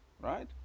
right